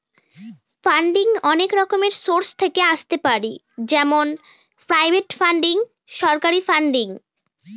funding অনেক রকমের source থেকে আসতে পারে যেমন প্রাইভেট ফান্ডিং, সরকারি ফান্ডিং